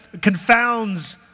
confounds